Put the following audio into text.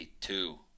two